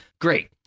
Great